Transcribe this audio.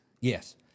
Yes